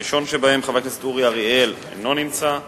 הראשון שבהם, אורי אריאל, אינו נמצא.